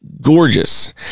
gorgeous